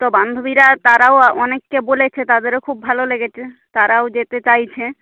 তো বান্ধবীরা তারাও অনেককে বলেছে তাদেরও খুব ভালো লেগেছে তারাও যেতে চাইছে